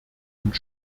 und